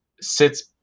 sits